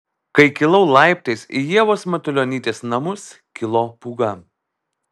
kai kilau laiptais į ievos matulionytės namus kilo pūga